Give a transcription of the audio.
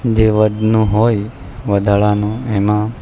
જે વધનું હોય વધારાનું એમાં